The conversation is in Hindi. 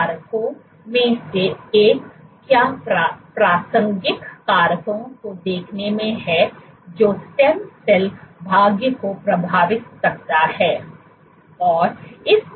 कारकों में से एक क्या प्रासंगिक कारकों को देखने में है जो स्टेम सेल भाग्य को प्रभावित करता है